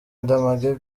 ndamage